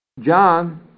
John